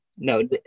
No